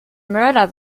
mörder